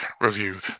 Review